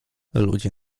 ludzie